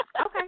Okay